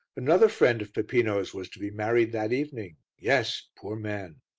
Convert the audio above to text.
another friend of peppino's was to be married that evening yes, poor man!